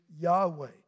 Yahweh